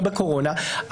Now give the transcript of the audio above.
לא בקורונה,